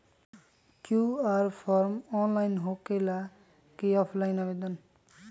QR form online होकेला कि offline आवेदन?